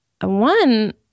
one